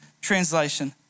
Translation